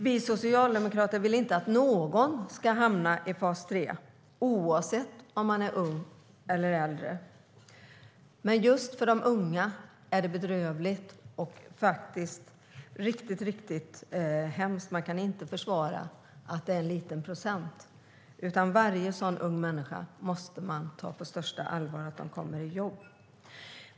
Vi socialdemokrater vill inte att någon ska hamna i fas 3, oavsett om man är ung eller äldre, men just för de unga är det bedrövligt och riktigt hemskt. Man kan inte försvara det med att det är en låg procent, utan man måste ta på största allvar att se till att varje ung människa kommer i jobb.